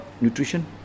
nutrition